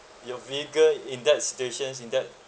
your vehicle in that situation in that